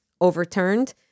overturned